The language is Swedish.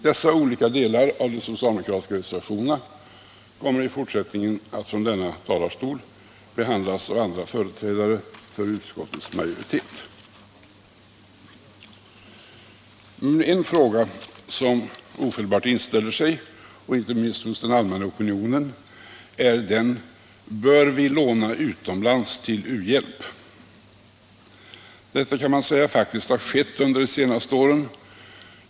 Dessa olika delar av de socialdemokratiska reservationerna kommer i fortsättningen att från denna talarstol behandlas av andra företrädare för utskottsmajoriteten. En fråga som ofelbart inställer sig — inte minst hos den allmänna opinionen — är: Bör vi låna utomlands till u-hjälp? Så har faktiskt skett under de senaste åren.